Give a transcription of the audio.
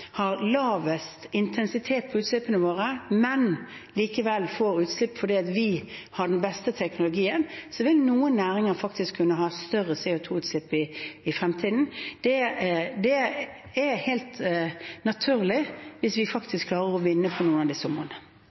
lavest intensitet på utslippene våre, men likevel får utslipp fordi vi har den beste teknologien, vil noen næringer faktisk kunne ha større CO 2 -utslipp i fremtiden. Det er helt naturlig hvis vi faktisk klarer å vinne på noen av disse områdene.